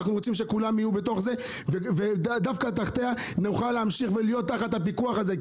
אנחנו רוצים שכולם יהיו בתוכה ותחתיה נוכל להמשיך תחת הפיקוח הזה.